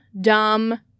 dumb